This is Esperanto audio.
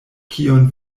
kiun